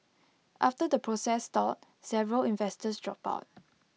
after the process stalled several investors dropped out